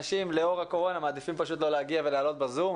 אנשים לאור הקורונה מעדיפים פשוט לא להגיע ולעלות בזום,